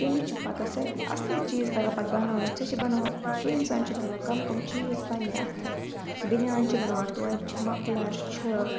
تٔمِس چھُ پَگاہ سۄ اَصٕل چیٖز تَگان پَتہٕ بَناوٕنۍ سۄ چھِ بَناوان سُہ اِنسان چھِ بَناوان کَم کَم چیٖز پَننہِ اَتھٕ بِنیان چھِ بَناوان ٹوپہِ چھِ مَفلَر چھِ